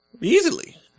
easily